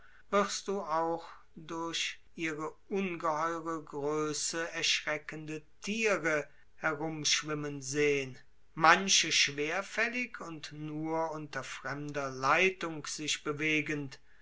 wirst du auch durch ihre ungeheure größe erschreckende thiere herumschwimmen sehen manche schwerfällig und unter fremder leitung sich bewegend